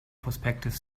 prospective